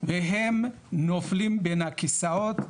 והם נופלים בין הכיסאות,